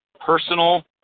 personal